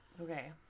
Okay